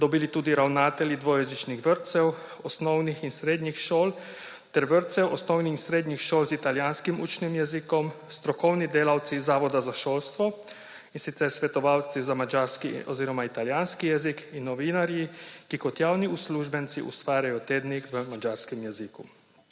dobili tudi ravnatelji dvojezičnih vrtcev, osnovnih in srednjih šol ter vrtcev, osnovnih in srednjih šol z italijanskim učnim jezikom, strokovni delavci Zavoda za šolstvo, in sicer svetovalci za madžarski oziroma italijanski jezik, in novinarji, ki kot javni uslužbenci ustvarjajo tednik v madžarskem jeziku.